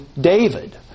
David